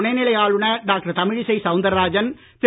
துணைநிலை ஆளுநர் டாக்டர் தமிழிசை சவுந்தரராஜன் திரு